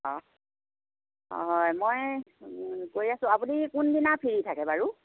অঁ অঁ হয় মই গৈ আছো আপুনি কোন দিনা ফ্ৰী থাকে বাৰু